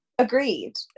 Agreed